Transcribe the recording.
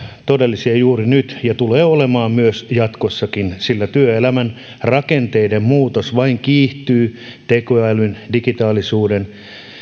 todellisia juuri nyt ja tulevat olemaan myös jatkossakin sillä työelämän rakenteiden muutos vain kiihtyy tekoälyn digitaalisuuden